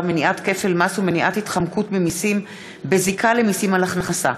מניעת כפל מס ומניעת התחמקות ממסים בזיקה למסים על הכנסה,